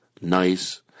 nice